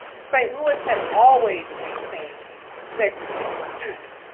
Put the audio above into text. st. louis had always maintained segregated schools.